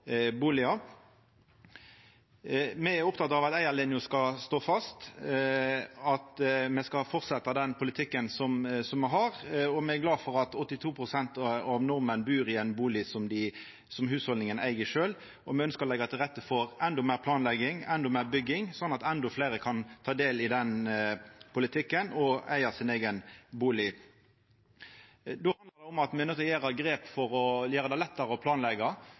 Me er opptekne av at eigarlinja skal stå fast, at me skal fortsetja den politikken me har, og me er glade for at 82 pst. av alle nordmenn bur i ein bustad som hushaldet sjølve eig. Me ønskjer å leggja til rette for endå meir planlegging, endå meir bygging, sånn at endå fleire kan ta del i den politikken: å eiga sin eigen bustad. Det handlar om at me er nøydde til å ta grep for å gjera det lettare å